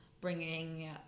bringing